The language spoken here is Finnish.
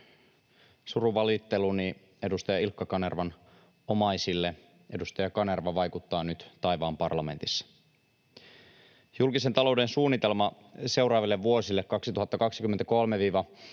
Surunvalitteluni edustaja Ilkka Kanervan omaisille. Edustaja Kanerva vaikuttaa nyt taivaan parlamentissa. Julkisen talouden suunnitelma seuraaville vuosille, 2023—26,